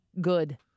good